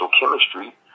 chemistry